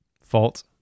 fault